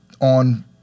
on